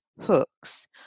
hooks